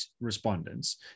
respondents